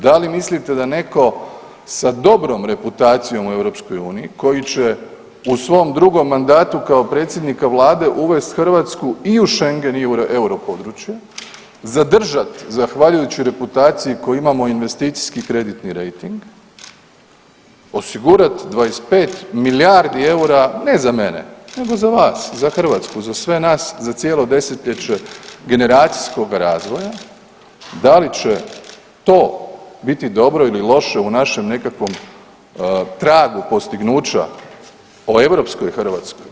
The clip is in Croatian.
Da li mislite da netko sa dobrom reputacijom u EU koji će u svom drugom mandatu kao predsjednika vlade uvesti Hrvatsku i u Schengen i u europodručje, zadržat zahvaljujući reputaciji koju imamo investicijski kreditni rejting, osigurat 25 milijardi EUR-a ne za mene nego za vas, za Hrvatsku, za sve nas, za cijelo desetljeće generacijskog razvoja, da li će to biti dobro ili loše u našem nekakvom tragu postignuća o europskoj Hrvatskoj.